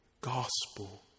gospel